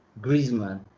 Griezmann